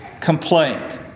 complaint